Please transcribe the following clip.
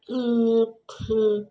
ಹ್ಞೂ ಹ್ಞೂ